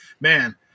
Man